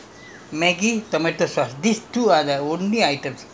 we must have a see last time we only have Maggi chili sauce